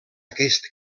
aquest